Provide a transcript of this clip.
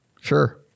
sure